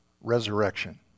resurrection